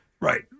Right